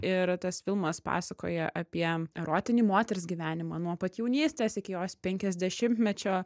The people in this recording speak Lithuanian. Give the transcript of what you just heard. ir tas filmas pasakoja apie erotinį moters gyvenimą nuo pat jaunystės iki jos penkiasdešimtmečio